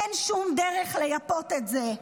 אין שום דרך לייפות את זה.